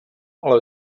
ale